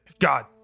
God